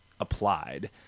applied